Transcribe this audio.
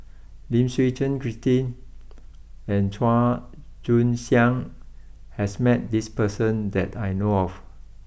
Lim Suchen Christine and Chua Joon Siang has met this person that I know of